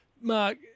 Mark